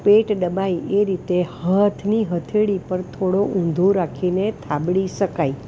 પેટ દબાઈ એ રીતે હાથની હથેળી પર થોડો ઊંધો રાખીને થાબડી શકાય